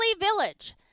Village